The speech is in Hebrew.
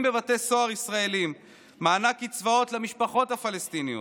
בבתי סוהר ישראליים ומענק קצבאות למשפחות הפלסטיניות.